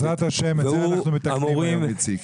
בעזרת ה' את זה אנחנו מתקנים היום, איציק.